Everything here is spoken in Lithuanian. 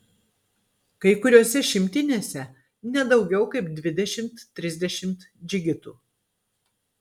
kai kuriose šimtinėse ne daugiau kaip dvidešimt trisdešimt džigitų